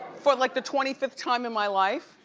for, like, the twenty fifth time in my life.